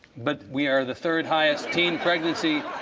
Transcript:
but we are the third highest teen pregnancy.